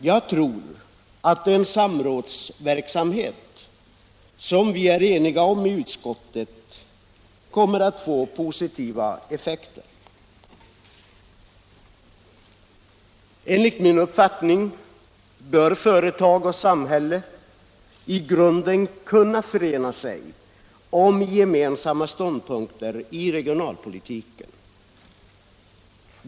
Jag tror att en samrådsverksamhet, som vi är eniga om i utskottet, kommer att få positiva effekter. Enligt min uppfattning bör företag och samhälle i grunden kunna förena sig om gemensamma ståndpunkter i regionalpolitiken.